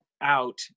out